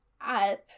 up